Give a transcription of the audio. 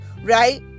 right